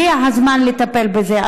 הגיע הזמן לטפל בזה.